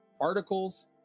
articles